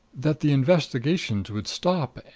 that the investigations would stop,